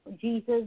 Jesus